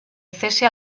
cese